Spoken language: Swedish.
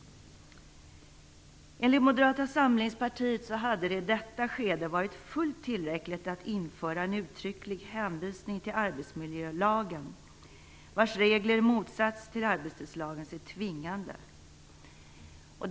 Enligt Moderata samlingspartiet hade det i detta skede varit fullt tillräckligt att införa en uttrycklig hänvisning till arbetsmiljölagen, vars regler i motsats till arbetstidslagens är tvingande.